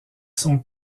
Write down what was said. sont